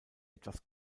etwas